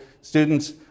students